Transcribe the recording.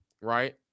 right